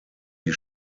die